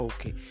Okay